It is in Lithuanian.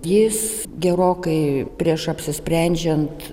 jis gerokai prieš apsisprendžiant